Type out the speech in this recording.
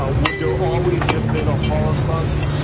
ah would there always have been a holocaust